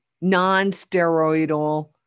non-steroidal